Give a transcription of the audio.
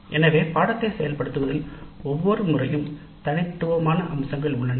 எனவே பாடத்திட்டத்தை செயல்படுத்துதல் ஒவ்வொரு முறையும் தனித்துவமான அம்சங்கள் உள்ளன